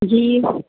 جی